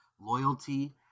loyalty